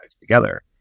together